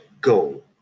go